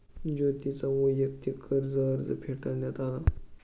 ज्योतीचा वैयक्तिक कर्ज अर्ज फेटाळण्यात आला